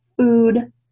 food